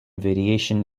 variation